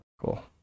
Cool